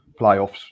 playoffs